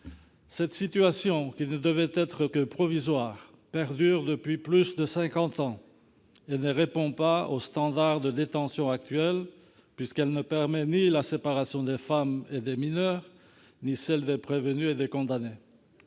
Cette situation, qui ne devait être que provisoire, perdure depuis plus de cinquante ans. Elle ne répond pas aux standards de détention actuels, puisqu'elle ne permet ni la séparation des femmes et des mineurs, ni celle des prévenus et des condamnés.